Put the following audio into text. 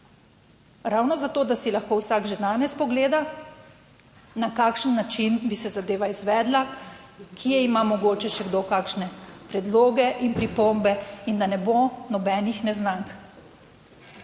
Ravno zato, da si lahko vsak že danes pogleda na kakšen način bi se zadeva izvedla, kje ima mogoče še kdo kakšne predloge in pripombe in da ne bo nobenih neznank.